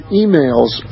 emails